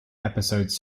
episodes